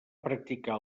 practicar